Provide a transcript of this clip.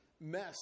mess